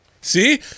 See